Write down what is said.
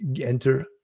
enter